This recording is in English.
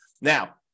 now